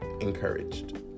Encouraged